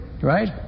right